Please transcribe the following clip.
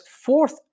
fourth